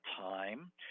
time